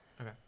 okay